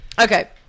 okay